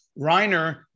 Reiner